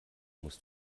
musst